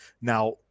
Now